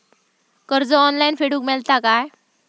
कर्ज ऑनलाइन फेडूक मेलता काय?